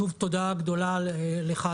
שוב תודה גדולה לך,